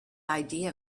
idea